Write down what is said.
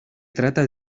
trata